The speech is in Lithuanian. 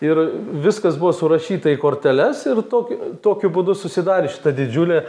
ir viskas buvo surašyta į korteles ir tokiu tokiu būdu susidarė šita didžiulė